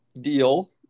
Deal